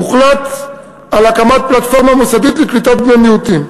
הוחלט על הקמת פלטפורמה מוסדית לקליטת בני מיעוטים.